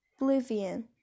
oblivion